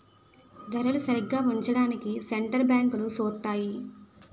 ధరలు సరిగా ఉంచడానికి సెంటర్ బ్యాంకులు సూత్తాయి